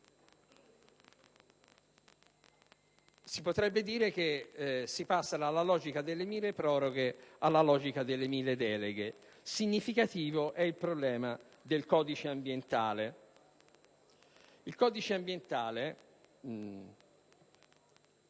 Si potrebbe dire che si passa dalla logica delle milleproroghe a quella delle milledeleghe. Significativo è il problema del codice ambientale e dei termini dei